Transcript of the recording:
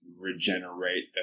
regenerate